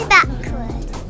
Backwards